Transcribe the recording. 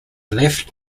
left